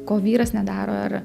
ko vyras nedaro ar